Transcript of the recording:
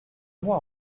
moi